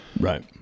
Right